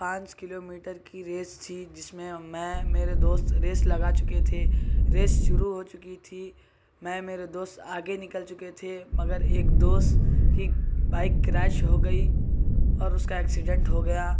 پانچ kilometre کی race تھی جس میں میں میرے دوست ریس لگا چکے تھے ریس شروع ہوچکی تھی میں میرے دوست آگے نکل چکے تھے مگر ایک دوست کی بائیک کریش ہوگئی اور اس کا ایکسیڈینٹ ہوگیا